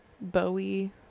Bowie